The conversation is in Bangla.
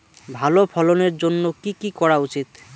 ভালো ফলনের জন্য কি কি করা উচিৎ?